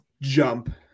jump